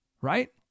right